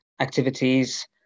activities